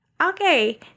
Okay